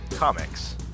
comics